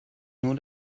nur